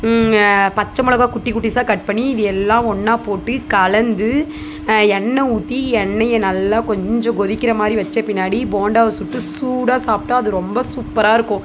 பச்சை மிளகா குட்டி குட்டிஸா கட் பண்ணி இது எல்லாம் ஒன்னாக போட்டு கலந்து எண்ணெய் ஊற்றி எண்ணெயை நல்லா கொஞ்சம் கொதிக்கிற மாதிரி வச்ச பின்னாடி போண்டாவை சுட்டு சூடாக சாப்பிட்டா அது ரொம்ப சூப்பராருக்கும்